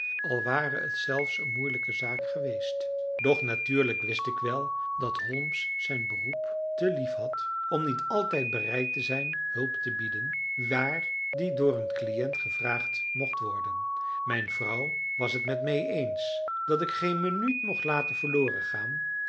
al ware het zelfs een moeilijke zaak geweest doch natuurlijk wist ik wel dat holmes zijn beroep te lief had om niet altijd bereid te zijn hulp te bieden waar die door een cliënt gevraagd mocht worden mijn vrouw was het met mij eens dat ik geen minuut mocht laten verloren gaan